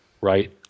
right